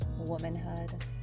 womanhood